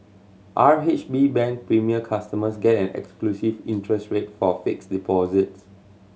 R H B Bank Premier customers get an exclusive interest rate for fixed deposits